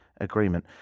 agreement